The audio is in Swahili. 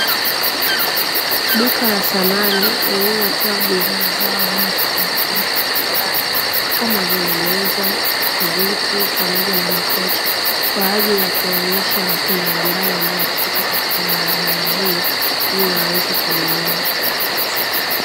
Duka la samani lililotoa bidhaa zao nje kandokando ya barabara kama vile meza, viti ,pamoja na makochi, kwaajili ya kuwaonyesha watu mbalimbali ambao watapita katika barabara hiyo ili waweze kununua.